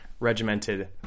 regimented